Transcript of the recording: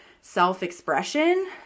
self-expression